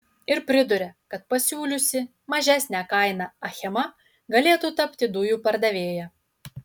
ir priduria kad pasiūliusi mažesnę kainą achema galėtų tapti dujų pardavėja